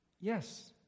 Yes